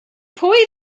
pwy